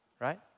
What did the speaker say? right